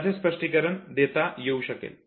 याचे स्पष्टीकरण देता येऊ शकेल